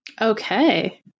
Okay